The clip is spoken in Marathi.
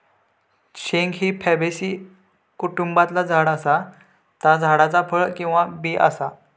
शेंग ही फॅबेसी कुटुंबातला झाड असा ता झाडाचा फळ किंवा बी असा